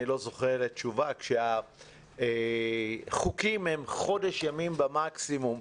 לא זוכה לתשובה כשהחוקים אומרים חודש ימים במקסימום,